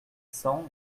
cents